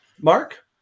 Mark